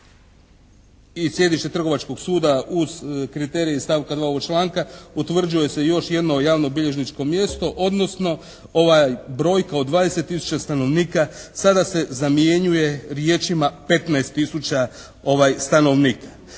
i sjedište Trgovačkog suda, uz kriterij stavka 2. ovog članka, potvrđuje se još jedno javnobilježničko mjesto, odnosno ova brojka od 20 tisuća stanovnika sada se zamjenjuje riječima: "15 tisuća stanovnika"."